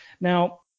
Now